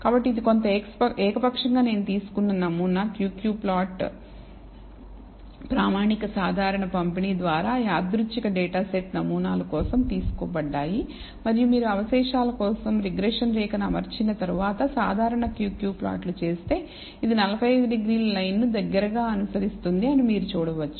కాబట్టి ఇది కొంత ఏకపక్షంగా నేను తీసుకున్న నమూనా Q Q ప్లాట్ ప్రామాణిక సాధారణ పంపిణీ ద్వారా యాదృచ్ఛిక డేటా సెట్ నమూనాలు కోసం తీసుకోబడ్డాయి మరియు మీరు అవశేషాల కోసం రిగ్రెషన్ రేఖను అమర్చిన తరువాత సాధారణ Q Q ప్లాట్లు చేస్తే ఇది 45 డిగ్రీల లైన్ ను దగ్గరగా అనుసరిస్తుంది అని మీరు చూడవచ్చు